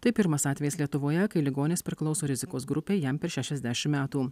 tai pirmas atvejis lietuvoje kai ligonis priklauso rizikos grupei jam per šešiasdešim metų